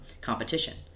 competition